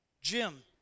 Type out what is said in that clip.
Jim